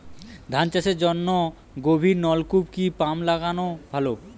ধান চাষের জন্য গভিরনলকুপ কি পাম্প লাগালে ভালো?